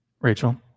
Rachel